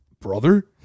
Brother